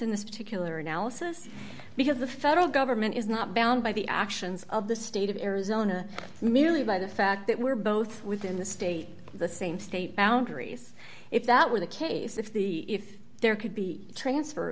in this particular analysis because the federal government is not bound by the actions of the state of arizona merely by the fact that we're both within the state the same state boundaries if that were the case if the if there could be transfer